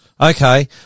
Okay